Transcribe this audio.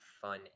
fun